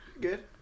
Good